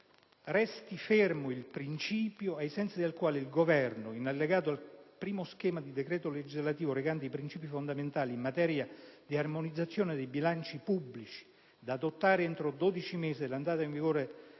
resti fermo il principio ai sensi del quale il Governo, in allegato al primo schema di decreto legislativo recante i principi fondamentali in materia di armonizzazione dei bilanci pubblici - da adottare entro 12 mesi dall'entrata in vigore